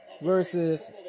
versus